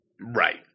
Right